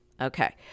Okay